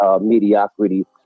mediocrity